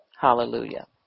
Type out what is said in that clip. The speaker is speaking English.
Hallelujah